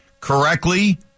correctly